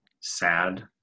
sad